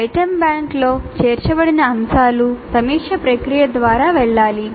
item బ్యాంక్లో చేర్చబడిన అంశాలు సమీక్షా ప్రక్రియ ద్వారా వెళ్ళాలి